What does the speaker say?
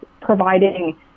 providing